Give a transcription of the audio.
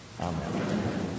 Amen